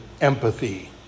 empathy